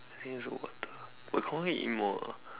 since it's over but I can't wait to eat more ah